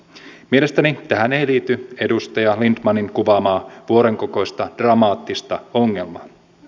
mielestäni tähän ei liity edustaja lindtmanin kuvaamaa vuoren kokoista dramaattista ongelmaa